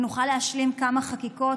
ונוכל להשלים כמה חקיקות,